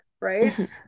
right